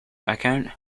account